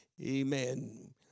amen